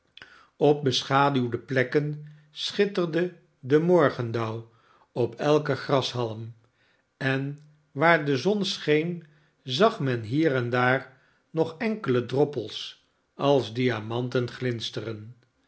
op beschaduwde plekken schitterde de morgendauw op elken grashalm en waar de zon scheen zag men hier en daar nog enkele droppels als diamanten glinsteren